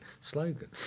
slogan